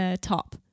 top